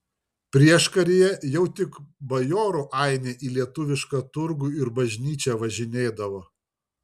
prieškaryje jau tik bajorų ainiai į lietuvišką turgų ir bažnyčią važinėdavo